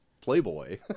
Playboy